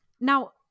Now